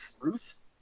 truth